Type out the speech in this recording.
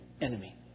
enemy